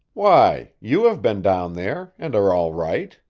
why, you have been down there and are all right,